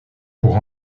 pour